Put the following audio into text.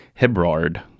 Hebrard